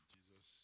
Jesus